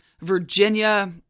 Virginia